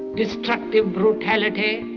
destructive brutality,